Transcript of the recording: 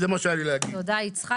תודה יצחק.